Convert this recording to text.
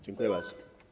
Dziękuję bardzo.